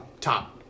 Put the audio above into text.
top